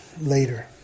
later